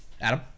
Adam